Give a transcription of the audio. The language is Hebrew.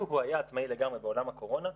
לו הוא היה עצמאי לגמרי בעולם הקורונה,